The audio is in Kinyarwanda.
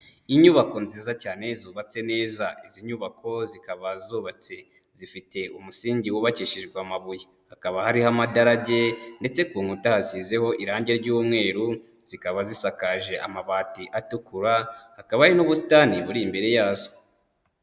Inyubako nziza cyane zubatswe neza, izi nyubako zikaba zubatse zifite umusingi wubakishijwe amabuye, hakaba hariho amadarage ndetse ku nkuta hasizeho irange ry'umweru zikaba zisakaje amabati atukura, hakaba hari n'ubusitani buri imbere yazo.